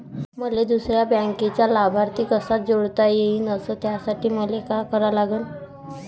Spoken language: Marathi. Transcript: मले दुसऱ्या बँकेचा लाभार्थी कसा जोडता येईन, अस त्यासाठी मले का करा लागन?